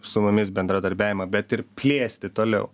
su mumis bendradarbiavimą bet ir plėsti toliau